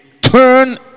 turn